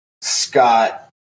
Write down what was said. Scott